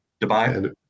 Dubai